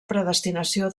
predestinació